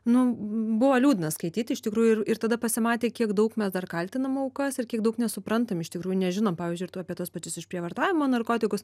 nu buvo liūdna skaityt iš tikrųjų ir ir tada pasimatė kiek daug mes dar kaltinam aukas ir kiek daug nesuprantam iš tikrųjų nežinom pavyzdžiui ir tuo apie tuos pačius išprievartavimo narkotikus